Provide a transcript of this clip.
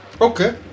Okay